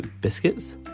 biscuits